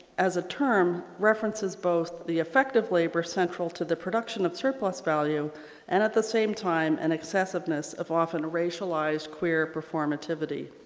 as a term, references both the affective labor central to the production of surplus-value and at the same time an excessiveness of often racialized queer performativity.